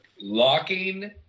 locking